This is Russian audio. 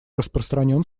распространен